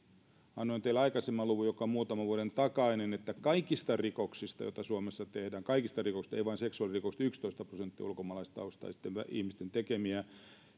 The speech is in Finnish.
annoin teille aikaisemman luvun joka on muutaman vuoden takainen kaikista rikoksista joita suomessa tehdään kaikista rikoksista ei vain seksuaalirikoksista yksitoista prosenttia on ulkomaalaistaustaisten ihmisten tekemiä